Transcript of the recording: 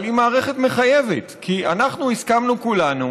אבל היא מערכת מחייבת, כי אנחנו הסכמנו כולנו